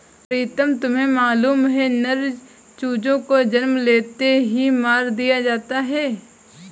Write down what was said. प्रीतम तुम्हें मालूम है नर चूजों को जन्म लेते ही मार दिया जाता है